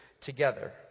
together